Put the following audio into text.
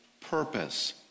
purpose